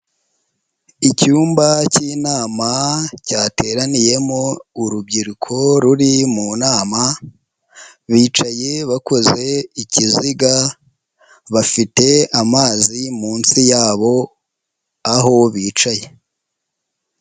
Icyumba cy'inama cyateraniyemo urubyiruko ruri mu nama, bicaye bakoze ikiziga, bafite amazi munsi yabo aho bicaye.